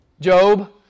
Job